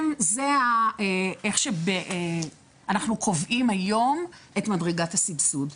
בעצם איך שאנחנו קובעים את מדרגת הסבסוד.